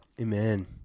Amen